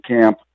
camp